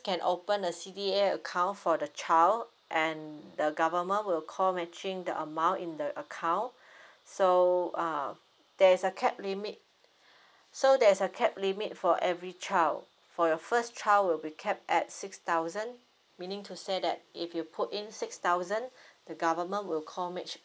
can open a C_D_A account for the child and the government will co matching the amount in the account so uh there's a cap limit so there's a cap limit for every child for your first child will be kept at six thousand meaning to say that if you put in six thousand the government will call co match